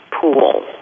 pool